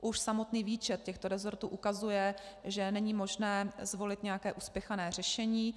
Už samotný výčet těchto resortů ukazuje, že není možné zvolit nějaké uspěchané řešení.